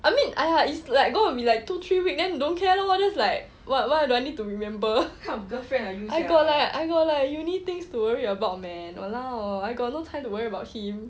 I mean !aiya! it's like go will be like two three week then don't care lor just like why why do I need to remember I got like I got like uni things to worry about man !walao! I got like no time to worry about him